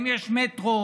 אם יש מטרו,